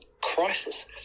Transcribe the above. crisis